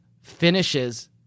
finishes